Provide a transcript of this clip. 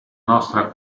nostra